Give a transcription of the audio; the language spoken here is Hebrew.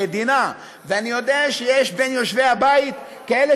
המדינה ואני יודע שיש בין יושבי הבית כאלה